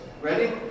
Ready